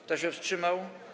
Kto się wstrzymał?